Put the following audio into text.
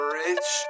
rich